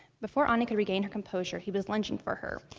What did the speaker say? before anie could regain her composure he was lunging for her.